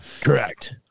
correct